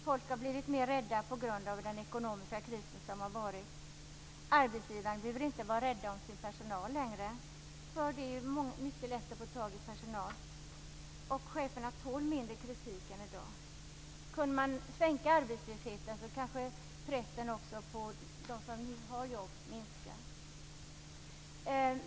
Folk har blivit mer rädda på grund av den ekonomiska kris vi har haft. Arbetsgivarna behöver inte vara rädda om sin personal längre eftersom det är mycket lätt att få tag i personal. Cheferna tål mindre kritik i dag. Kunde man sänka arbetslösheten så kanske pressen också på dem som nu har jobb minskar.